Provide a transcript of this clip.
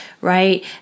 right